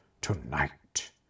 tonight